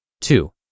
Two